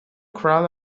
crowd